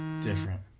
different